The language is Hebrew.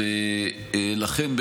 לכן,